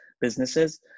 businesses